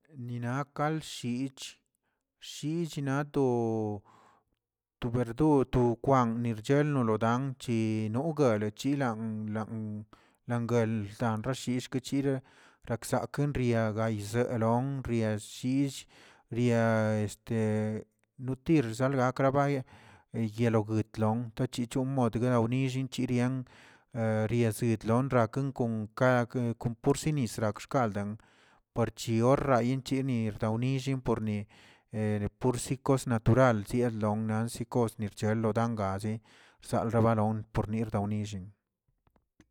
Ninakalshiich- shiich nato to verdur to kwan nirchenlo lodan chi noguelon chilan lan- langlə larashish kochir rsakn gay yizee lon, ryeshis, rya nutir saklbakgakaba eyelogotno tachiochon dganan wnilliin yirian yedrazilonraan kon ka ke porsinis rakskalzə parrchi orrayichi nirdawnillinbni pursikos natural hernon nansikos nirchel lodangache salxabaron ordinawdillꞌ.